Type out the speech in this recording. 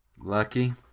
Lucky